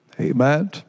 Amen